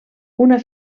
una